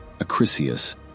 Acrisius